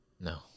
No